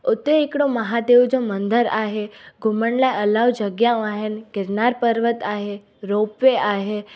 उते हिकिड़ो महादेव जो मंदरु आहे घुमण लाइ इलाही जॻहियूं आहिनि गिरनार पर्वत आहे रोप वे आहे